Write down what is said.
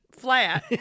flat